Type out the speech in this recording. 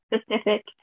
specific